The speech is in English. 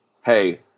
hey